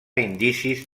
indicis